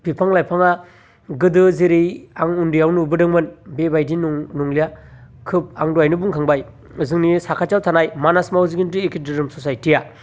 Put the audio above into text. बिफां लाइफाङा गोदो जेरै आं उन्दैआव नुबोदोंमोन बेबायदि नं नंलिया खोब आं दहायनो बुंखांबाय जोंनि साखाथियाव थानाय मानास मावजि गेन्द्रि ससाइटिआ